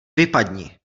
vypadni